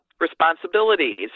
responsibilities